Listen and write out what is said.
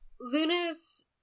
Luna's